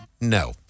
No